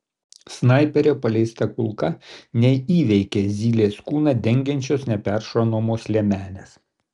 snaiperio paleista kulka neįveikia zylės kūną dengiančios neperšaunamos liemenės